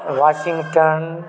Washington